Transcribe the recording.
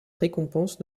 récompense